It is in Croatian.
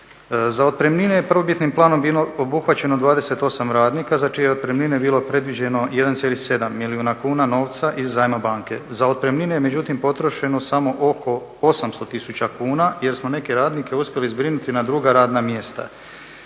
Za otpremnine je prvobitnim planom bilo obuhvaćeno 28 radnika za čije je otpremnine bilo predviđeno 1,7 milijuna kuna novca iz zajma banke. Za otpremnine je međutim potrošeno samo oko 800 tisuća kuna jer smo neke radnike uspjeli zbrinuti na druga radna mjesta.